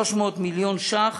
300 מיליון ש"ח,